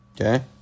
Okay